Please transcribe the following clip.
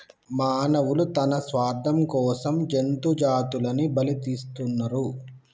మానవులు తన స్వార్థం కోసం జంతు జాతులని బలితీస్తున్నరు